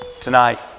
Tonight